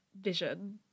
vision